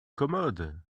commode